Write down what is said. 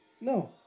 No